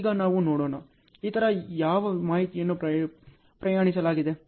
ಈಗ ನಾವು ನೋಡೋಣ ಇತರ ಯಾವ ಮಾಹಿತಿಯನ್ನು ಪ್ರಯಾಣಿಸಲಾಗಿದೆ